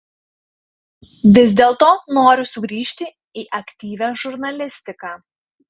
vis dėlto noriu sugrįžti į aktyvią žurnalistiką